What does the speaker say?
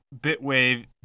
Bitwave